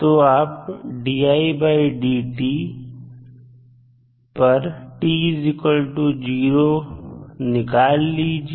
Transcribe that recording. तो आप पर t 0 निकाल लीजिए